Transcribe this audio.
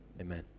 amen